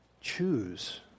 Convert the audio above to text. choose